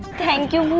thank you.